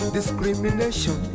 Discrimination